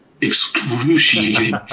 excruciating